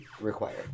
required